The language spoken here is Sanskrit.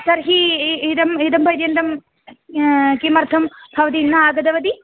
तर्हि इ इदम् इदं पर्यन्तं किमर्थं भवती न आगतवती